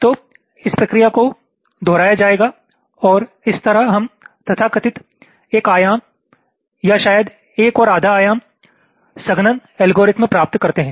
तो इस प्रक्रिया को दोहराया जाएगा और इस तरह हम तथाकथित एक आयाम या शायद एक और एक आधा आयामी संघनन एल्गोरिथ्म प्राप्त करते हैं